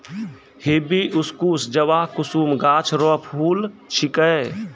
hibiscus जवाकुसुम गाछ रो फूल छिकै